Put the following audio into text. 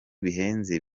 bihenze